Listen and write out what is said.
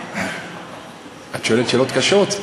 את שואלת שאלות קשות,